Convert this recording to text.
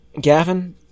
Gavin